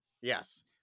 Yes